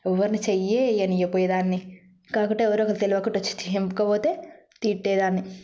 ఎవర్ని చేయే వేయనీయకపోయేదాన్ని కాకుంటే ఎవరో ఒకరు తెలవకుండా వచ్చి తెంపుకు పోతే తిట్టేదాన్ని